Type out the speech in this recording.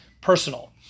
personal